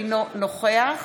אינו נוכח